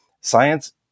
Science